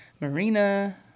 Marina